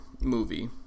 movie